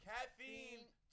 Caffeine